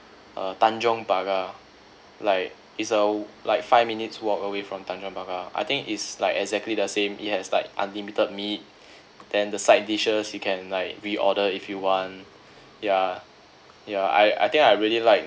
uh tanjong pagar like it's a like five minutes walk away from tanjong pagar I think it's like exactly the same it has like unlimited meat then the side dishes you can like reorder if you want ya ya I I think I really like